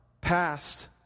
past